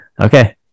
Okay